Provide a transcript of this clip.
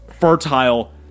fertile